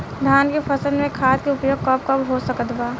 धान के फसल में खाद के उपयोग कब कब हो सकत बा?